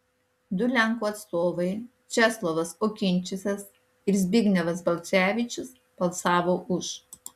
du lenkų atstovai česlovas okinčicas ir zbignevas balcevičius balsavo už